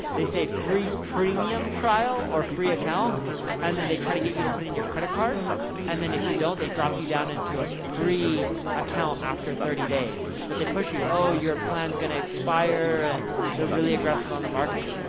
they say free premium trial or free account and then they try to get you to put in your credit card and then if you don't, they drop you down into a free account, after thirty days but they push you, oh your plan is gonna expire and they're really aggressive on the marketing,